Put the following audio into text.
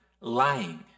lying